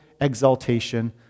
exaltation